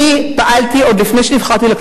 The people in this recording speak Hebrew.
אפילו יותר חשוב שהן מכירות אותך.